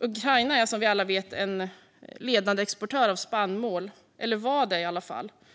Ukraina har, som vi alla vet, varit en ledande exportör av spannmål.